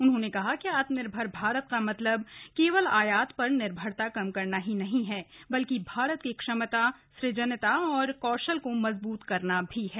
उन्होंने कहा कि आत्मनिर्भर भारत का मतलब केवल आयात पर निर्भरता कम करना ही नहीं है बल्कि भारत की क्षमता सुजनता और कौशल को मजबूत करना भी है